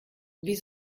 wie